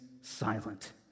silent